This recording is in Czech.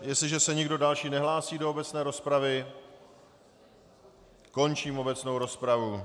Jestliže se nikdo další nehlásí do obecné rozpravy, končím obecnou rozpravu.